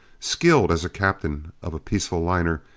skilled as captain of a peaceful liner,